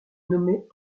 nommé